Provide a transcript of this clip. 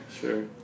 sure